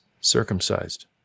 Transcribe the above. circumcised